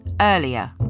earlier